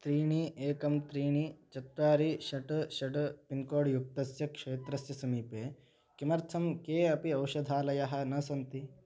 त्रीणि एकं त्रीणि चत्वारि षट् षट् पिन्कोड् युक्तस्य क्षेत्रस्य समीपे किमर्थं के अपि औषधालयः न सन्ति